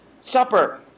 Supper